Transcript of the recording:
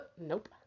Nope